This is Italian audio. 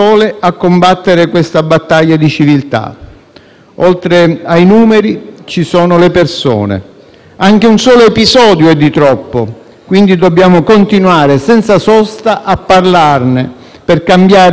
Oltre ai numeri ci sono le persone: anche un solo episodio è di troppo. Quindi dobbiamo continuare senza sosta a parlarne, per cambiare i comportamenti sbagliati sin da subito.